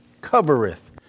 covereth